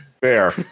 fair